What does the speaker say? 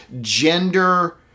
gender